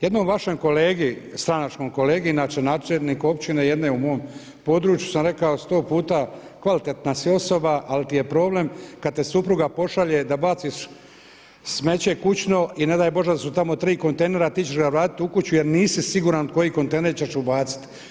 Jednom vašem kolegi, stranačkom kolegi, inače načelniku općine jedne u mom području sam rekao 100 puta kvalitetna si osoba ali ti je problem kada te supruga pošalje da baciš smeće kućno i ne daj Bože da su tamo tri kontejnera, ti ćeš ga vratiti u kuću jer nisi siguran u koji kontejner ćeš baciti.